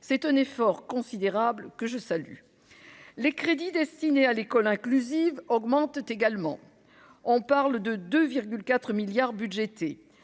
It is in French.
C'est un effort considérable, que je salue. Les crédits destinés à l'école inclusive augmentent également. On parle de 2,4 milliards d'euros